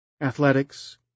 Athletics